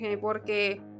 Porque